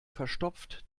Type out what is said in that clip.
verstopft